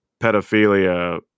pedophilia